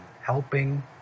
helping